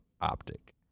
optic